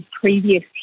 previous